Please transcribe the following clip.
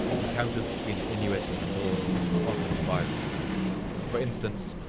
encounters between the inuit and the norse are often violent for instance,